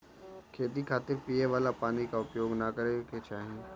खेती खातिर पिए वाला पानी क उपयोग ना करे के चाही